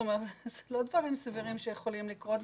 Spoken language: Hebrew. אלה לא דברים סבירים שיכולים לקרות,